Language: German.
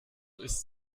ist